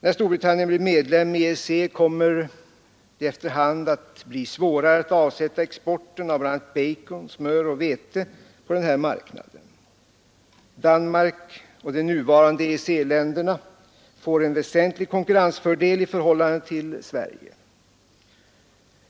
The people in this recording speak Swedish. När Storbritannien blir medlem i EEC kommer det efter hand att bli svårare att avsätta exporten av bl.a. bacon, smör och vete på denna marknad. Danmark och de nuvarande EEC-länderna får en väsentlig konkurrensfördel i förhållande till Sverige.